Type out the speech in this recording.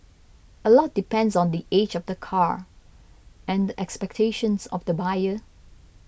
a lot depends on the age of the car and the expectations of the buyer